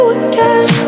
again